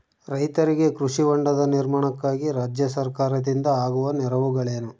ರೈತರಿಗೆ ಕೃಷಿ ಹೊಂಡದ ನಿರ್ಮಾಣಕ್ಕಾಗಿ ರಾಜ್ಯ ಸರ್ಕಾರದಿಂದ ಆಗುವ ನೆರವುಗಳೇನು?